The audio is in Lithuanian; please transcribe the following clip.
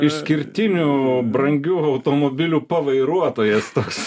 išskirtinių brangių automobilių vairuotojas toks